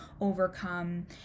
overcome